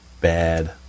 bad